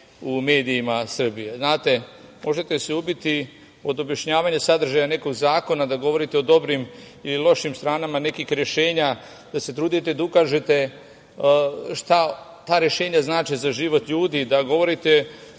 u medijima Srbije. Znate, možete se ubiti od objašnjavanja sadržaja nekog zakona, da govorite o dobrim ili lošim stranama nekih rešenja da se trudite da ukažete šta ta rešenja znače za život ljudi, da govorite